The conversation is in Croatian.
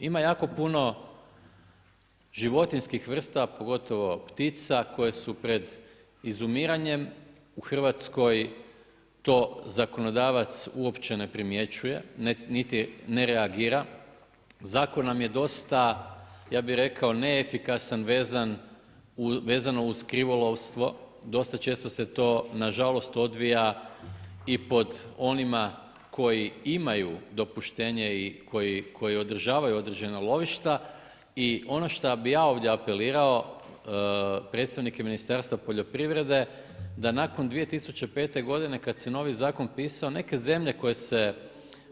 Ima jako puno životinjskih vrsta pogotovo ptica koje su pred izumiranjem u Hrvatskoj, to zakonodavac uopće ne primjećuje, niti ne reagira, zakon nam je dosta, ja bi rekao, neefikasan, vezano u krivolovstvo, dosta često se to nažalost odvija i pod onima koji imaju dopuštenje i koji održavaju određena lovišta i ono što bi ja ovdje apelirao, predstavnike Ministarstva poljoprivrede, da nakon 2005. godine kad se novi zakon pisao, neke zemlje koje se